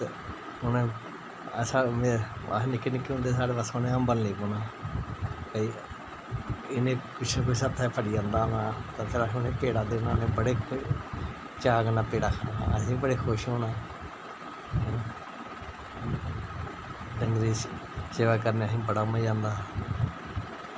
ते उ'नें अस निक्के निक्के होंदे हे साढ़े पास्सै उ'नें हांबन लगी पौना भाई इ'नें कुछ ना कुछ हत्थें फड़ी आंदा होना ऐ ते फिर असें उ'नें पेड़ा देना उ'नें बड़े चाऽ कन्नै पेड़ा खाना असें बी बड़े खुश होना डंगरें दी सेवा करने गी असें बड़ी मज़ा औंदा हा